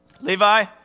Levi